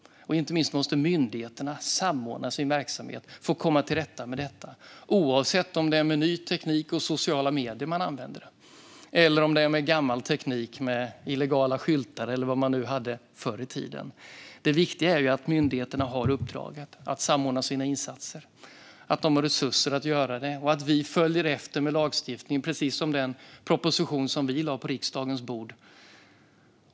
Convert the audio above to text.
Inte minst måste myndigheterna samordna sina verksamheter för att komma till rätta med detta, oavsett om man använder ny teknik och sociala medier eller om man använder gammal teknik med illegala skyltar eller vad man nu hade förr i tiden. Det viktiga är att myndigheterna har uppdraget att samordna sina insatser, att de har resurser att göra det och att vi följer efter med lagstiftning, precis som vi gjorde med den proposition som vi lade på riksdagens bord.